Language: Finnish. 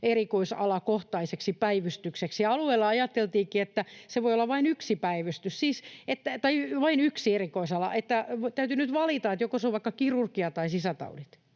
erikoisalakohtaiseksi päivystykseksi. Alueella ajateltiinkin, että se voi olla vain yksi erikoisala, että täytyy nyt valita, että joko se on vaikka kirurgia tai sisätaudit.